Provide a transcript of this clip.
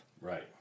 Right